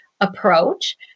approach